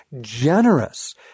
generous